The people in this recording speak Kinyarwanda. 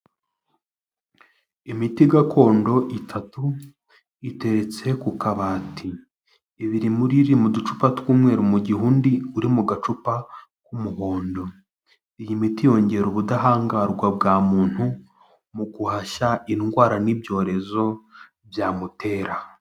Imiti gakondo itatu iteretse ku kabati ibiri muriyo iri mu ducupa tw'umweru mu gihe undi uri mu gacupa k'umuhondo iyi miti yongera ubudahangarwa bwa muntu mu guhashya indwara n'ibyorezo byamutera.